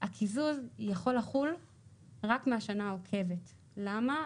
הקיזוז יכול לחול רק מהשנה העוקבת, למה?